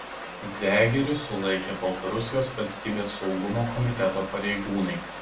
zegerį sulaikė baltarusijos valstybės saugumo komiteto pareigūnai